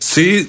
See